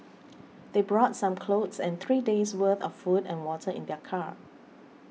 they brought some clothes and three days' worth of food and water in their car